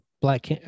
Black